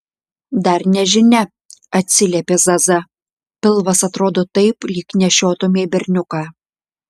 dar nežinia atsiliepė zaza pilvas atrodo taip lyg nešiotumei berniuką